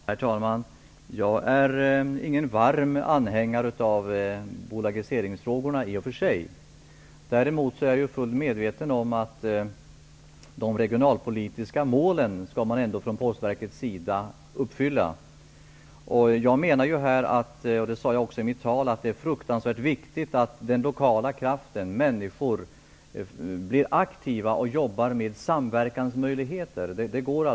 Herr talman! Jag är i och för sig ingen varm anhängare av bolagiseringsfrågorna. Däremot är jag fullt medveten om att Postverket ändå skall uppfylla de regionalpolitiska målen. Det är mycket viktigt att den lokala kraften är aktiv och jobbar med möjligheter till samverkan. Det sade jag också i mitt anförande.